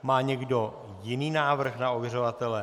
Má někdo jiný návrh na ověřovatele?